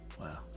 Wow